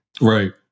Right